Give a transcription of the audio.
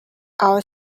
our